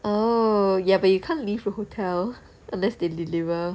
oh ya but you can't leave the hotel unless they deliver